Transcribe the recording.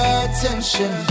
attention